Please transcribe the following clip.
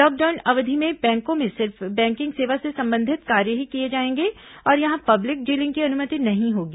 lockdown अवधि में बैंकों में सिर्फ बैंकिंग सेवा से संबंधित कार्य ही किए जाएंगे और यहां पब्लिक डिलिंग की अनुमति नहीं होगी